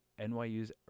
nyu's